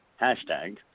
hashtag